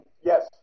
yes